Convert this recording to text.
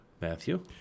Matthew